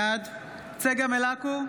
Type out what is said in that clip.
בעד צגה מלקו,